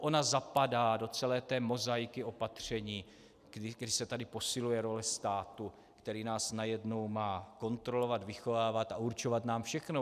Ona zapadá do celé té mozaiky opatření, kdy se tady posiluje role státu, který nás najednou má kontrolovat, vychovávat a určovat nám všechno.